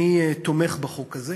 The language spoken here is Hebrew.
אני תומך בחוק הזה